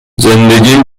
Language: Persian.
زندگیم